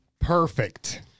Perfect